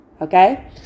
Okay